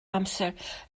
amser